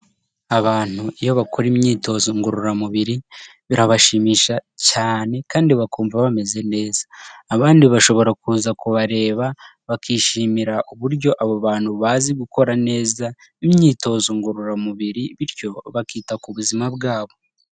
Abantu iyo bakora imyitozo ngororamubiri, birabashimisha cyane kandi bakumva bameze neza. Abandi bashobora kuza kubareba bakishimira uburyo abo bantu bazi gukora neza imyitozo ngororamubiri bityo bakita ku buzima bwabo.